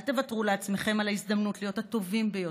אל תוותרו לעצמכם על ההזדמנות להיות הטובים ביותר,